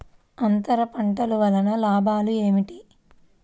అంతర పంటల వలన లాభాలు ఏమిటి?